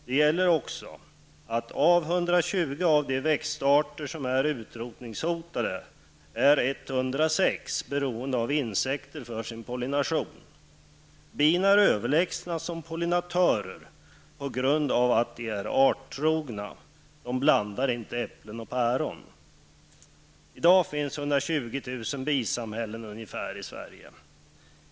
Det gäller också att av 120 av de växtarter som är utrotningshotade är 106 beroende av insekter för sin pollination. Bina är överlägsna som pollinatörer på grund av att de är arttrogna. De blandar inte äpplen och päron. I dag finns det ungefär 120 000 bisamhällen i Sverige.